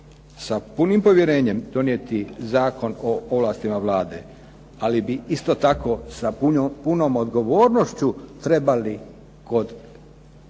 sa punim povjerenjem donijeti Zakon o ovlastima Vlade, ali bi isto tako sa punom odgovornošću trebali kod